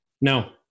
no